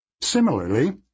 Similarly